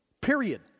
Period